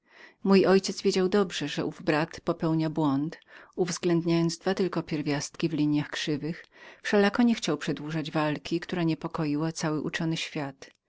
mój ojciec widział dobrze jego pomyłkę w uważaniu dwóch tylko pierwiastków w liniach krzywych wszelako nie chciał przedłużać walki która miotała całym uczonym światem